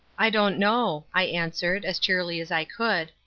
i don't know, i answered, as cheerily as i could,